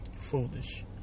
foolish